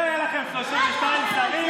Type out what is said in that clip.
והיו לכם 32 שרים.